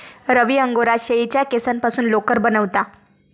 रवी Angora शेळीच्या केसांपासून लोकर बनवता